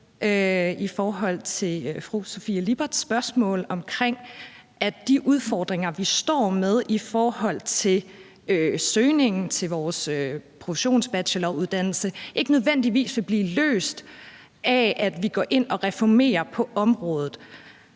kom med på fru Sofie Lipperts spørgsmål om, at de udfordringer, vi står med i forhold til søgningen til vores professionsbacheloruddannelse, ikke nødvendigvis vil blive løst af, at vi går ind og reformerer området.